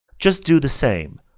just do the same,